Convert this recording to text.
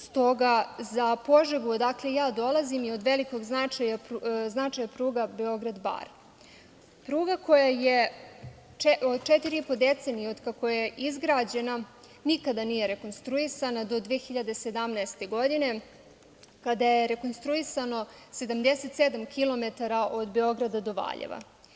Stoga za Požegu, odakle ja dolazim, je od velikog značaja pruga Beograd-Bar, pruga koja za četiri i po decenije od kako je izgrađena nikada nije rekonstruisana, do 2017. godine, kada je rekonstruisano 77 km od Beograda do Valjeva.